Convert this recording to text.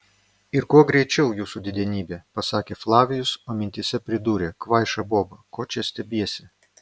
ir kuo greičiau jūsų didenybe pasakė flavijus o mintyse pridūrė kvaiša boba ko čia stebiesi